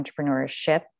entrepreneurship